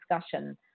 discussion